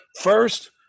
First